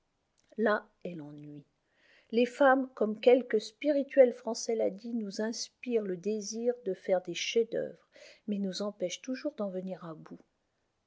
là est l'ennui les femmes comme quelque spirituel français l'a dit nous inspirent le désir de faire des chefs-d'œuvre mais nous empêchent toujours d'en venir à bout